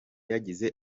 yagize